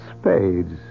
spades